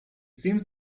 seems